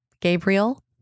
Gabriel